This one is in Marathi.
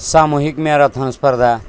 सामुहिक मॅरथॉन स्पर्धा